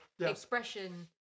expression